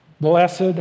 blessed